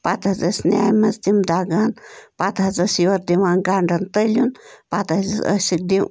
پتہٕ حظ ٲسۍ تِم نٮ۪مہِ منٛز دَگان پتہٕ حظ ٲسۍ یورٕ دِوان گنٛڈن تٔلیُن پتہٕ حظ ٲسِکھ دِ